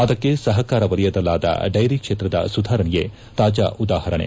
ಅದಕ್ಕೆ ಸಹಕಾರ ವಲಯದಲ್ಲಾದ ಡೈರಿ ಕ್ಷೇತ್ರದ ಸುಧಾರಣೆಯೇ ತಾಜಾ ಉದಾಹರಣೆ